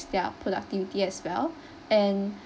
their productivity as well and